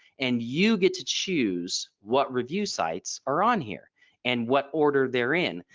and you get to choose what review sites are on here and what order they're in.